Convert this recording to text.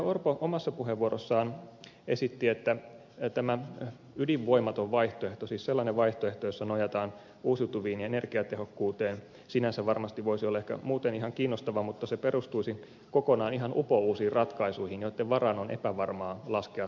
orpo omassa puheenvuorossaan esitti että tämä ydinvoimaton vaihtoehto siis sellainen vaihtoehto jossa nojataan uusiutuviin ja energiatehokkuuteen sinänsä varmasti voisi olla ehkä muuten ihan kiinnostava mutta se perustuisi kokonaan ihan upouusiin ratkaisuihin joitten varaan on epävarmaa laskea suomen tulevaisuutta